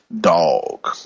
dog